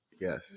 Yes